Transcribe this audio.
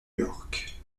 york